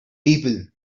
people